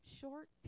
short